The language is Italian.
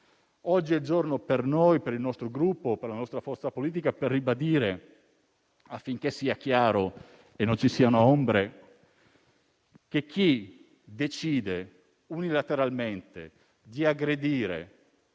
Oggi è giorno per noi, per il nostro Gruppo, per la nostra forza politica, per ribadire - affinché sia chiaro e non ci siano ombre - che chi decide unilateralmente di aggredire